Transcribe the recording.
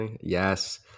Yes